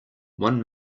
one